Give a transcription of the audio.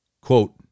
quote